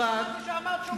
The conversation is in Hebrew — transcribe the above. ברק,